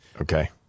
Okay